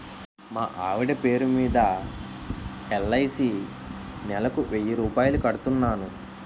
మా ఆవిడ పేరు మీద ఎల్.ఐ.సి నెలకు వెయ్యి రూపాయలు కడుతున్నాను